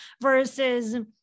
versus